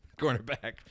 cornerback